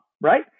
Right